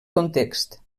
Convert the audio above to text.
context